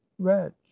wretch